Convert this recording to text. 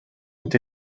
ont